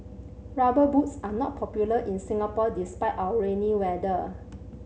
Rubber Boots are not popular in Singapore despite our rainy weather